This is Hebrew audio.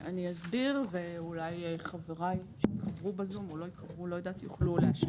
אסביר ואולי חבריי יוכלו להשלים.